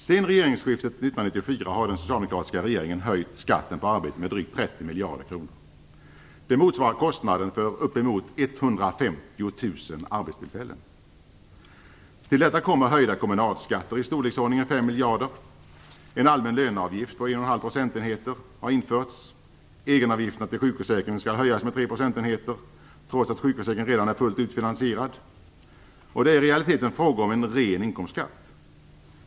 Sedan regeringsskiftet 1994 har den socialdemokratiska regeringen höjt skatten på arbete med drygt 30 miljarder kronor. Det motsvarar kostnaden för uppemot 150 000 arbetstillfällen. Till detta kommer höjda kommunalskatter i storleksordningen 5 miljarder kronor. En allmän löneavgift på en och en halv procentenheter har införts och egenavgifterna till sjukförsäkringen skall höjas med tre procentenheter, trots att sjukförsäkringen redan är fullt ut finansierad. Det är i realiteten fråga om en ren inkomstskatt.